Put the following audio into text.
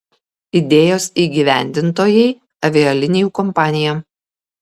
idėjos įgyvendintojai avialinijų kompanija